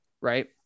right